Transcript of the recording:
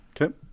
Okay